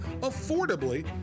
affordably